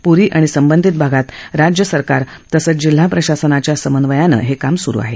पुरी आणि संबंधित भागात राज्य सरकार तसंच जिल्हा प्रशासनाच्या समन्वयानं हे काम सुरु आहे